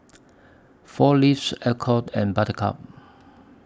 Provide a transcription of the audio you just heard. four Leaves Alcott and Buttercup